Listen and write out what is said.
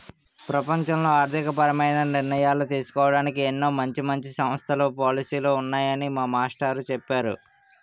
ప్రపంచంలో ఆర్థికపరమైన నిర్ణయాలు తీసుకోడానికి ఎన్నో మంచి మంచి సంస్థలు, పాలసీలు ఉన్నాయని మా మాస్టారు చెప్పేరు